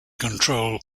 control